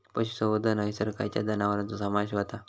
पशुसंवर्धन हैसर खैयच्या जनावरांचो समावेश व्हता?